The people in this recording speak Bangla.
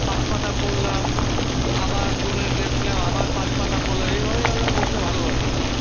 পাঁচ পাতা পড়লাম আবার দু মিনিট রেস্ট নিলাম আবার পাঁচ পাতা পড়লাম এইভাবেই আমরা পড়তে ভালোবাসি